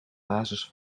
basis